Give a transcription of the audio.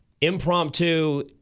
impromptu